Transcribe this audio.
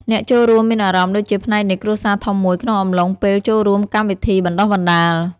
អ្នកចូលរួមមានអារម្មណ៍ដូចជាផ្នែកនៃគ្រួសារធំមួយក្នុងអំឡុងពេលចូលរួមកម្មវិធីបណ្ដុះបណ្ដាល។